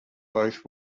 both